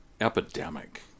epidemic